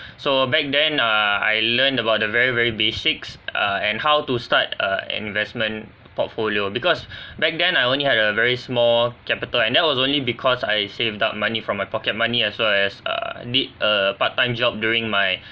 so back then err I learned about the very very basics ah and how to start a investment portfolio because back then I only had a very small capital and that was only because I saved up money from my pocket money as well as err did a part time job during my